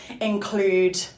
include